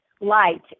light